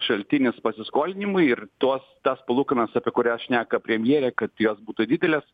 šaltinis pasiskolinimui ir tuos tas palūkanas apie kurias šneka premjerė kad jos būtų didelės